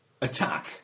attack